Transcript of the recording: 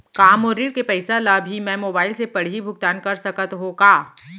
का मोर ऋण के पइसा ल भी मैं मोबाइल से पड़ही भुगतान कर सकत हो का?